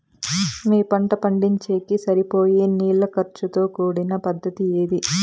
మీ పంట పండించేకి సరిపోయే నీళ్ల ఖర్చు తో కూడిన పద్ధతి ఏది?